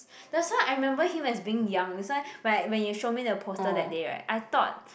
that's why I remember him as being young that's why when when you show me the poster that day right I thought